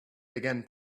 began